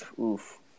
Oof